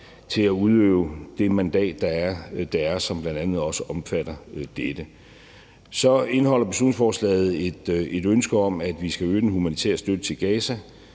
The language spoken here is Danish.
til at udøve det mandat, der er, og som bl.a. også omfatter dette. Så indeholder beslutningsforslaget et ønske om, at vi skal øge den humanitære støtte til Gaza.